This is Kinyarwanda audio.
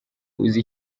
uzi